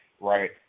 right